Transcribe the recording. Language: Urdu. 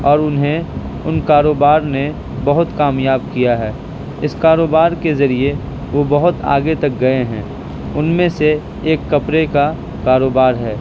اور انہیں ان کاروبار نے بہت کامیاب کیا ہے اس کاروبار کے ذریعہ وہ بہت آگے تک گئے ہیں ان میں سے ایک کپڑے کا کاروبار ہے